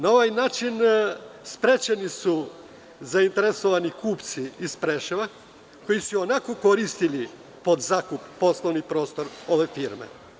Na ovaj način sprečeni su zainteresovani kupci iz Preševa koji su i onako koristili pod zakup poslovni prostor ove firme.